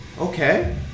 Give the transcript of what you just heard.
okay